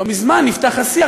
לא מזמן נפתח השיח,